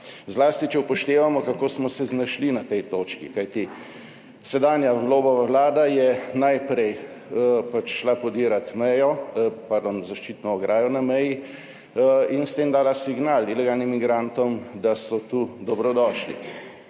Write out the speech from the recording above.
zlasti če upoštevamo, kako smo se znašli na tej točki. Kajti sedanja Golobova vlada je najprej šla podirati zaščitno ograjo na meji in s tem dala signal ilegalnim migrantom, da so tu dobrodošli.